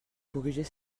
corriger